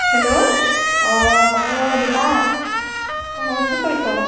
hello অ' অ' দীপা অঁ কি কৰিছ